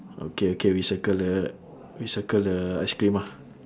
okay okay we circle the we circle the ice cream ah